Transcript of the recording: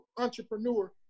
entrepreneur